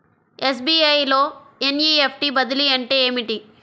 SBI లో NEFT బదిలీ అంటే ఏమిటి?